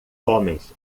homens